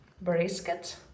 Brisket